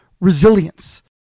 resilience